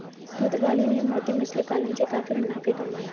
पुर्तगालियों ने मोती मछली पालन से काफी मुनाफे कमाए